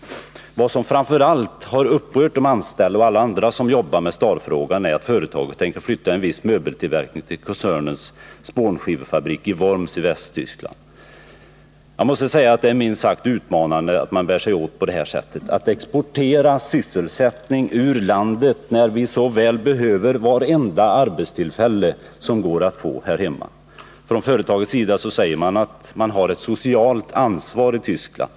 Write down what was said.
Vad som framför allt har upprört de anställda och alla andra som jobbar med Starfrågan är att företaget tänker flytta en viss möbeltillverkning till koncernens spånskivefabrik i Worms i Västtyskland. Jag måste säga att det är minst sagt utmanande att bära sig åt på det sättet. Att exportera sysselsättning ur landet, när vi så väl behöver vartenda arbetstillfälle som går att få här hemma! Från företagets sida säger man att man har ett socialt ansvar i Tyskland.